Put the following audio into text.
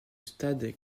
stade